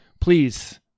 please